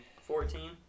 Fourteen